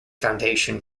foundation